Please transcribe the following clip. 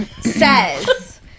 says